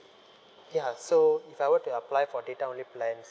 ya so if I were to apply for data only plans